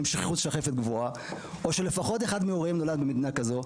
שכיחות שחפת גבוהה או שלפחות אחד מהוריהם נולד במדינה שכזו,